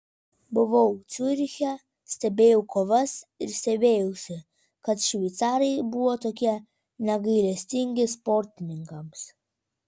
buvau ciuriche stebėjau kovas ir stebėjausi kad šveicarai buvo tokie negailestingi sportininkams